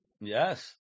Yes